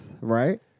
right